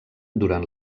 durant